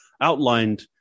outlined